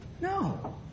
No